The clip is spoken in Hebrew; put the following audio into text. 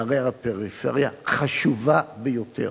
בערי הפריפריה חשובה ביותר,